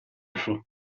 dorso